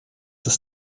das